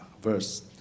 verse